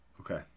Okay